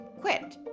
quit